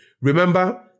Remember